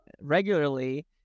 regularly